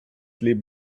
leben